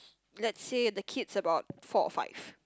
let's say the kids about four or five